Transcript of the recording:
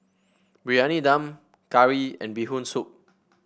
Briyani Dum curry and Bee Hoon Soup